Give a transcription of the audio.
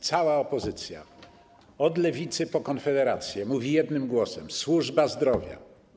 Cała opozycja od Lewicy po Konfederację mówi jednym głosem: służba zdrowia.